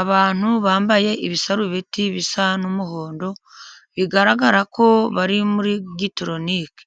Abantu bambaye ibisarubeti bisa n'umuhondo bigaragara ko bari muri gitoronike,